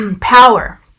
power